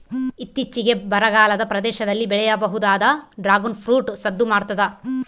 ಇತ್ತೀಚಿಗೆ ಬರಗಾಲದ ಪ್ರದೇಶದಲ್ಲಿ ಬೆಳೆಯಬಹುದಾದ ಡ್ರಾಗುನ್ ಫ್ರೂಟ್ ಸದ್ದು ಮಾಡ್ತಾದ